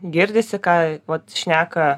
girdisi ką vat šneka